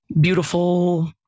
beautiful